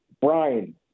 Brian